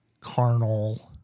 carnal